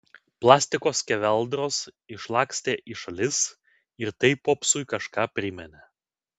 plastiko skeveldros išlakstė į šalis ir tai popsui kažką priminė